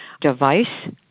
device